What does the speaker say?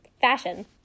fashion